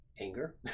anger